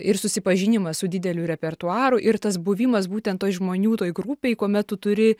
ir susipažinimas su dideliu repertuaru ir tas buvimas būtent toj žmonių toj grupėj kuomet tu turi